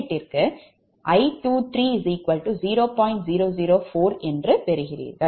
004 p𝑢 என்று பெறுவீர்கள்